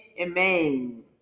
amen